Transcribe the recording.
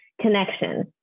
connection